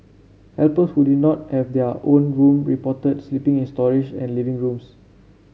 helper who did not have their own room reported sleeping in storage and living rooms